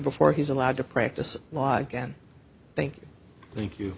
before he's allowed to practice law again thank you thank you